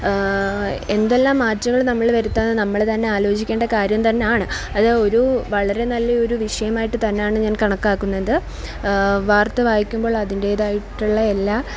എന്തെല്ലാം മാറ്റങ്ങൾ നമ്മൾ വരുത്തണം നമ്മൾ അതൊന്ന് ആലോചിക്കേണ്ട കാര്യം തന്നെ ആണ് അത് ഒരു വളരെ നല്ല ഒരു വിഷയമായിട്ട് തന്നെയാണ് ഞാൻ കണക്കാക്കുന്നത് വാർത്ത വായിക്കുമ്പോൾ അതിൻ്റേതായിട്ടുള്ള എല്ലാ